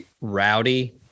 Rowdy